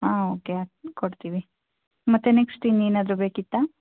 ಹಾಂ ಓಕೆ ಕೊಡ್ತೀವಿ ಮತ್ತೆ ನೆಕ್ಸ್ಟ್ ಇನ್ನೇನಾದರೂ ಬೇಕಿತ್ತಾ